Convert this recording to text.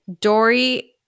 Dory